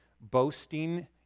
Boasting